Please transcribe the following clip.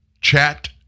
Chat